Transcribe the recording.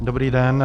Dobrý den.